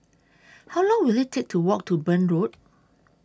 How Long Will IT Take to Walk to Burn Road